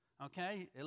Okay